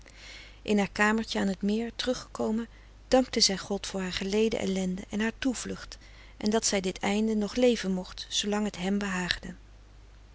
in haar kamertje aan t meer teruggekomen dankte zij god voor haar geleden ellende en haar toevlucht en dat zij dit leven nog leven mocht zoolang het hem behaagde